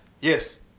Yes